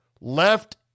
left